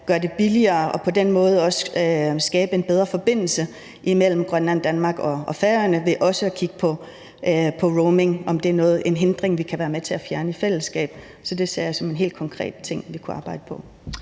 gøre det billigere på og på den måde også skabe en bedre forbindelse mellem Grønland, Danmark og Færøerne, altså ved at kigge på, om roamingafgifterne er en hindring, vi kan være med til at fjerne i fællesskab. Så det ser jeg som en helt konkret ting, vi kunne arbejde på.